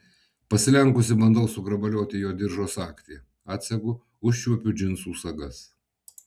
pasilenkusi bandau sugrabalioti jo diržo sagtį atsegu užčiuopiu džinsų sagas